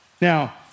Now